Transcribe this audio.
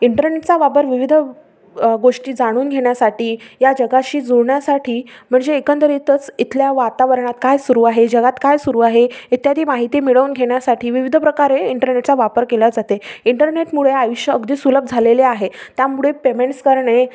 इंटरनेटचा वापर विविध गोष्टी जाणून घेण्यासाठी या जगाशी जुळण्यासाठी म्हणजे एकंदरीतच इथल्या वातावरणात काय सुरू आहे जगात काय सुरू आहे इत्यादी माहिती मिळवून घेण्यासाठी विविध प्रकारे इंटरनेटचा वापर केला जाते इंटरनेटमुळे आयुष्य अगदी सुलभ झालेले आहे त्यामुळे पेमेंट्स करणे